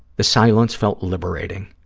the silence felt liberating.